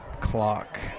clock